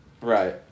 Right